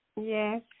Yes